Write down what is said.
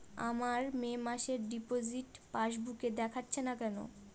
আমার মে মাসের ডিপোজিট পাসবুকে দেখাচ্ছে না কেন?